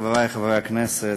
חברי חברי הכנסת,